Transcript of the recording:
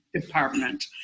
department